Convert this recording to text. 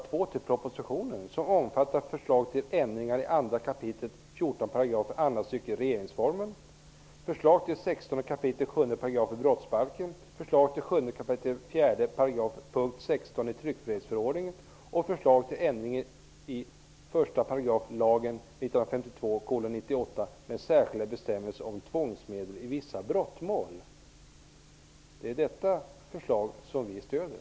2 till propositionen och som omfattar förslag till ändringar i 2 kap. 14 § andra stycket regeringsformen, förslag till 16 kap. 7 § 1 § lagen med särskilda bestämmelser om tvångsmedel i vissa brottmål. Det är detta förslag vi stöder.